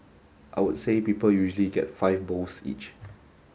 I would say people usually get five bowls each